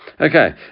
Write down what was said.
Okay